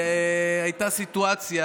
והייתה סיטואציה